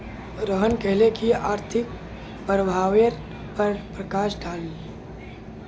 रोहन कहले की आर्थिक प्रभावेर पर प्रकाश डाल